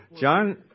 John